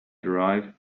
derive